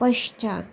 पश्चात्